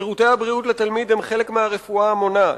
שירותי הבריאות לתלמיד הם חלק קריטי של הרפואה המונעת.